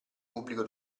pubblico